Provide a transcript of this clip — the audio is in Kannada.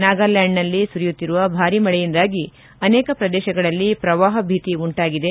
ನಾಗಾಲ್ಲಾಂಡ್ನಲ್ಲಿ ಸುರಿಯುತ್ತಿರುವ ಭಾರಿ ಮಳೆಯಿಂದಾಗಿ ಅನೇಕ ಪ್ರದೇಶಗಳಲ್ಲಿ ಪ್ರವಾಹ ಭೀತಿ ಉಂಟಾಗಿದೆ